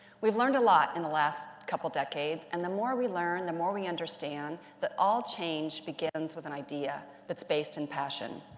we've learned a lot in the last couple of decades, and the more we learn, the more we understand that all change begins with an idea that's based in passion.